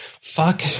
Fuck